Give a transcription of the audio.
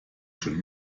schon